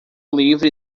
livre